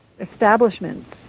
establishments